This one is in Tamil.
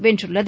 வென்றுள்ளது